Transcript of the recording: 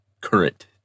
current